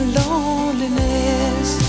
loneliness